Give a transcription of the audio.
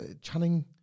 Channing